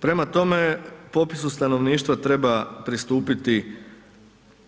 Prema tome, popisu stanovništva treba pristupiti